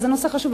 זה נושא חשוב,